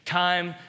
time